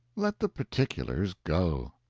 let the particulars go.